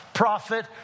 prophet